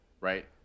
right